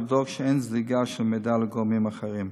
לבדוק שאין זליגה של מידע לגורמים אחרים.